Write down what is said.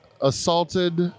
assaulted